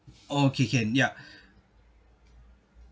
okay can ya